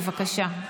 בבקשה,